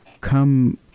come